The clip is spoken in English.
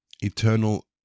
eternal